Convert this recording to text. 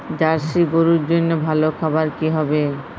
Jersey গরুর জন্য ভালো খাবার কি হবে?